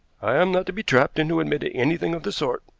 i am not to be trapped into admitting anything of the sort.